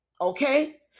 okay